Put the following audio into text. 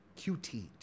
QT